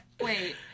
Wait